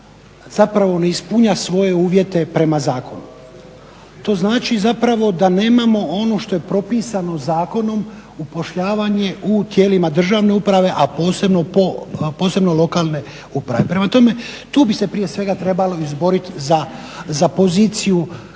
zapravo ne ispunjava svoje uvjete prema zakonu. To znači zapravo da nemamo ono što je propisano u zakonu upošljavanje u tijelima državne uprave, a posebno lokalne uprave. Prema tome, tu bi se prije svega trebalo izboriti za poziciju